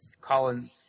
Colin